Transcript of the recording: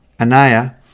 Anaya